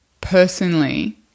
personally